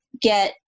get